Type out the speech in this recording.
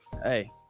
hey